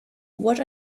what